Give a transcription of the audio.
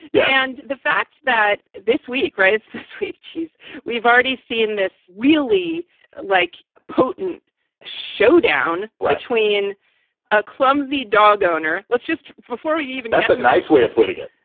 yeah. and the fact that this week. right. it's this week, she's we've already seen this really like potent showdown between a clumsy dog owner. let's just before we even that's a nice way of putting it.